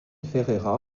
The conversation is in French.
ferreira